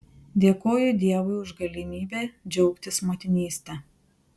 dėkoju dievui už galimybę džiaugtis motinyste